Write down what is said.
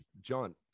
john